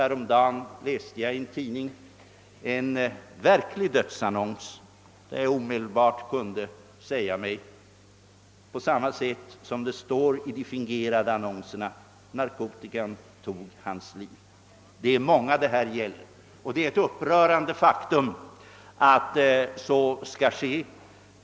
Häromdagen läste jag i en tidning en verklig dödsannons, där jag omedelbart förstod att det var fråga om samma orsak som i de fingerade annonserna: »narkotikan tog hans liv». Det är många ungdomar detta gäller, och det är ett upprörande faktum att så är förhållandet.